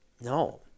No